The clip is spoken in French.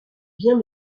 viens